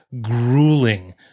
grueling